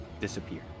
disappear